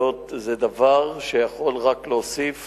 זה דבר שיכול רק להוסיף